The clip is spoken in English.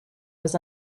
was